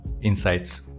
insights